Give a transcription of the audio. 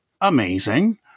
amazing